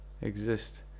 exist